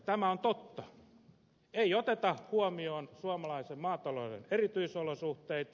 tämä on totta ei oteta huomioon suomalaisen maatalouden erityisolosuhteita